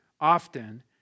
often